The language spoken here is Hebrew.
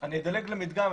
אדלג למדגם,